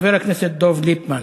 מס' 1292. חבר הכנסת דב ליפמן,